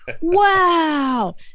wow